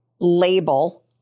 label